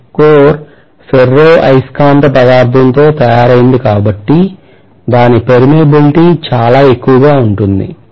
ఈ core ferro అయస్కాంత పదార్థంతో తయారైంది కాబట్టి దాని permeability చాలా ఎక్కువగా ఉంటుంది